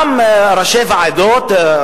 גם ראשי ועדות,